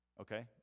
Okay